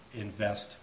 invest